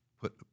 put